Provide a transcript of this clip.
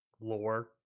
lore